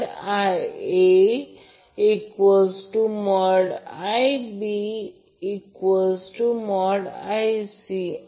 तर या प्रकरणात हा फेज करंट आहे म्हणून IL प्रत्यक्षात लाईन करंट √3फेज करंट ∆ कनेक्शनसाठी दर्शविले आहे